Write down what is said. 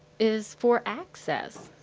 is for access.